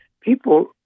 people